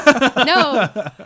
No